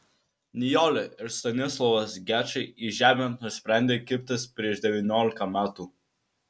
nijolė ir stanislovas gečai į žemę nusprendė kibtis prieš devyniolika metų